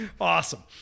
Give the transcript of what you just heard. Awesome